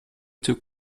took